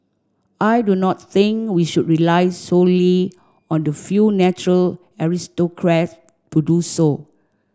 I do not think we should rely solely on the few natural aristocrats to do so